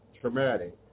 traumatic